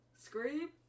scream